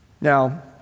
Now